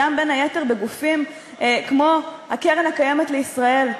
בין היתר בגופים כמו הקרן הקיימת לישראל,